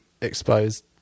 exposed